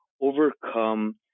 overcome